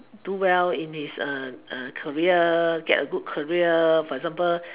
do well in his career get a good career for example